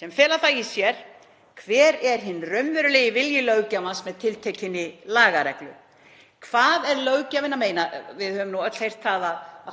sem fela það í sér: Hver er hinn raunverulegi vilji löggjafans með tiltekinni lagareglu? Hvað er löggjafinn að meina? Við höfum öll heyrt að